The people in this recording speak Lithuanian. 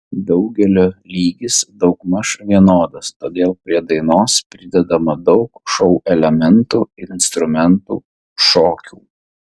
daugelio lygis daugmaž vienodas todėl prie dainos pridedama daug šou elementų instrumentų šokių